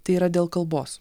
tai yra dėl kalbos